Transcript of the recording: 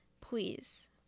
Please